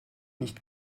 nicht